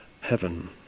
heaven